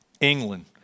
England